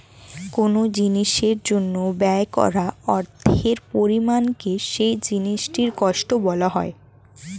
কোন জিনিসের জন্য ব্যয় করা অর্থের পরিমাণকে সেই জিনিসটির কস্ট বলা হয়